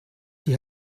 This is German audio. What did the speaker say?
die